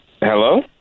Hello